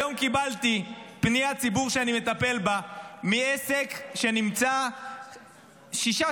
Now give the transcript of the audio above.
היום קיבלתי פניית ציבור שאני מטפל בה מעסק שנמצא שישה,